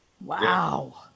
Wow